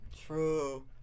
True